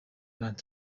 donald